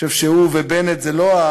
אני חושב שהוא ובנט זה לא,